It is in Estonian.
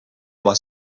oma